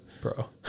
Bro